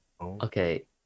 Okay